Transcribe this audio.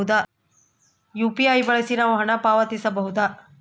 UPI ಬಳಸಿ ನಾವು ಹಣ ಪಾವತಿಸಬಹುದಾ?